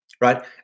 right